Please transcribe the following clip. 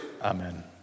Amen